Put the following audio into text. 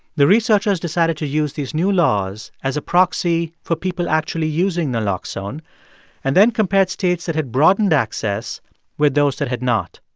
the researchers decided to use these new laws as a proxy for people actually using naloxone and then compared states that had broadened access with those that had not.